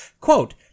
Quote